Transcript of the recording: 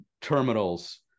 terminals